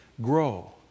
Grow